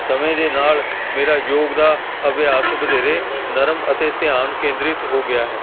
ਸਮੇਂ ਦੇ ਨਾਲ ਮੇਰਾ ਯੋਗ ਦਾ ਅਭਿਆਸ ਵਧੇਰੇ ਨਰਮ ਅਤੇ ਧਿਆਨ ਕੇਂਦਰਿਤ ਹੋ ਗਿਆ ਹੈ